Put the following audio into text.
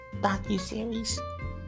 docuseries